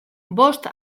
bost